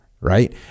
right